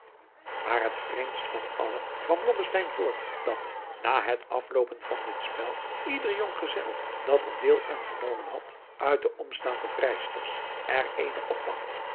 maar het vreemdst van allen kwam blommesteyn voor dat na het afloopen van dit spel ieder jong gezel dat er deel aan genomen had uit de omstaande vrijsters er eene oppakte